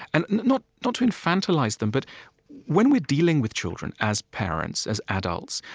and not not to infantilize them, but when we're dealing with children as parents, as adults,